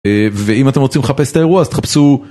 ואם אתם רוצים לחפש את האירוע אז תחפשו